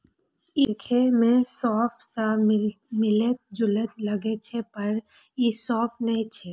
ई देखै मे सौंफ सं मिलैत जुलैत लागै छै, पर ई सौंफ नै छियै